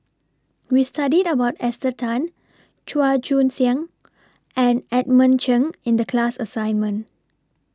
We studied about Esther Tan Chua Joon Siang and Edmund Cheng in The class assignment